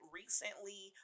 recently